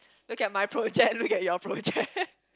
look at my project look at your project